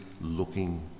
looking